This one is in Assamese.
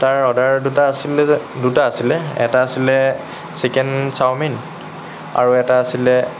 তাৰ অৰ্ডাৰ দুটা আছিলে যে দুটা আছিলে এটা আছিলে চিকেন চাওমিন আৰু এটা আছিলে